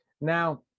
Now